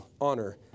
honor